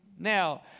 Now